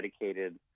dedicated